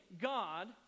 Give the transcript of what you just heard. God